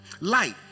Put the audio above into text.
Light